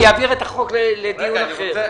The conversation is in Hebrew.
אני אעביר את החוק לדיון אחר.